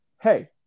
hey